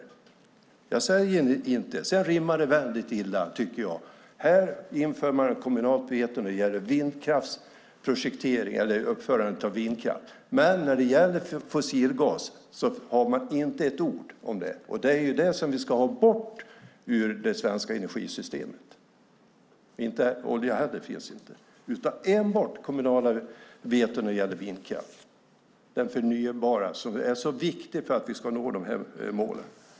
Sedan tycker jag att det rimmar väldigt illa - här inför man kommunalt veto när det gäller uppförandet av vindkraft, men när det gäller fossilgas har man inte ett ord om det. Det är ju det vi ska ha bort ur det svenska energisystemet. Det här finns inte, utan det är enbart kommunala veton när det gäller vindkraft - den förnybara, som är så viktig för att vi ska nå målen.